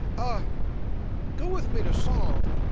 ah go with me to psalm